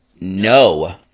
no